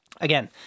Again